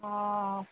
हँ